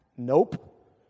Nope